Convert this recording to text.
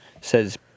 says